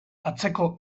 atzeko